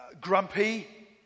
grumpy